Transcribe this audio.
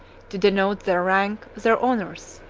to denote their rank, their honors,